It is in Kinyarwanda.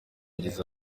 yagize